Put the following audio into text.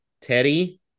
Teddy